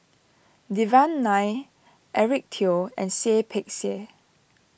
Devan Nair Eric Teo and Seah Peck Seah